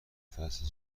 فصل